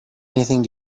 anything